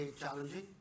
challenging